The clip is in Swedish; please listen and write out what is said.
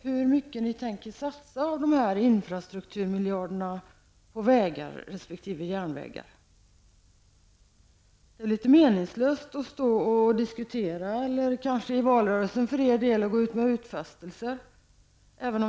Hur mycket tänker ni satsa av infrastrukturmiljarderna på vägar resp. järnvägar? Det kan vara litet meningslöst att stå här och diskutera eller gå ut i valrörelsen med utfästelser.